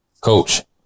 Coach